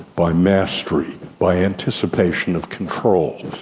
by mastery, by anticipation of control.